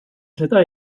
seda